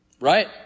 Right